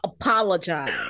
apologize